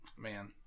man